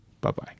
Bye-bye